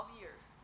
years